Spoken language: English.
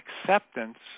acceptance